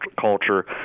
culture